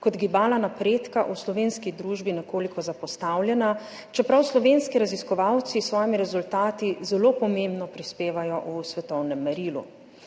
kot gibala napredka v slovenski družbi nekoliko zapostavljena, čeprav slovenski raziskovalci s svojimi rezultati zelo pomembno prispevajo v svetovnem merilu.